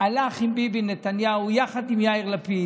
הלך עם ביבי נתניהו יחד עם יאיר לפיד.